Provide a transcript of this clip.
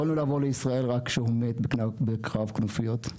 יכולנו לעבור לישראל רק כשהוא מת בקרב כנופיות.